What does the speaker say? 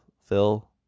Phil